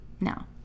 now